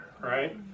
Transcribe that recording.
right